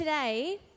today